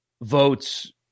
votes